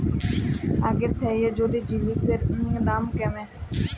আগের থ্যাইকে যদি জিলিসের দাম ক্যমে